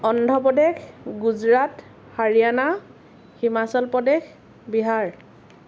Andhra Pradesh Gujarat Haryana Himachal Pradesh Bihar